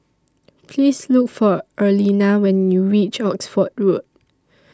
Please Look For Arlena when YOU REACH Oxford Road